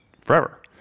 forever